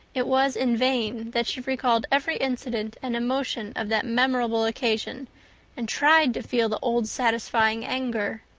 it was in vain that she recalled every incident and emotion of that memorable occasion and tried to feel the old satisfying anger.